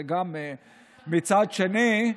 מצד שני,